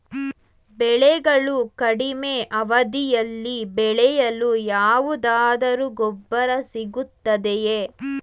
ಬೆಳೆಗಳು ಕಡಿಮೆ ಅವಧಿಯಲ್ಲಿ ಬೆಳೆಯಲು ಯಾವುದಾದರು ಗೊಬ್ಬರ ಸಿಗುತ್ತದೆಯೇ?